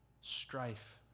strife